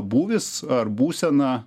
būvis ar būsena